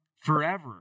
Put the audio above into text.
forever